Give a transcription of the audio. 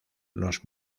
nos